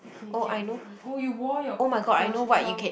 okay get ready oh you wore your your your